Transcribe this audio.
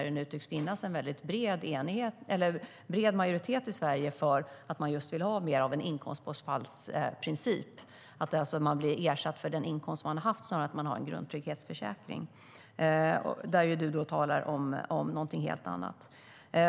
Det tycks nu finnas en väldigt bred majoritet i Sverige för att just ha mer av en inkomstbortfallsprincip, alltså att man blir ersatt för den inkomst man har haft snarare än att man har en grundtrygghetsförsäkring. Du talar om någonting helt annat.